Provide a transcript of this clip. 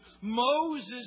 Moses